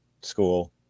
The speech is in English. school